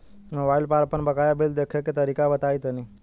Mobile पर आपन बाकाया बिल देखे के तरीका बताईं तनि?